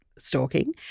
Stalking